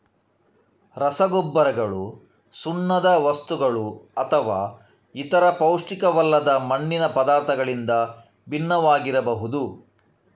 ರಸಗೊಬ್ಬರಗಳು ಸುಣ್ಣದ ವಸ್ತುಗಳುಅಥವಾ ಇತರ ಪೌಷ್ಟಿಕವಲ್ಲದ ಮಣ್ಣಿನ ಪದಾರ್ಥಗಳಿಂದ ಭಿನ್ನವಾಗಿರಬಹುದು